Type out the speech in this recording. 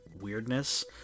weirdness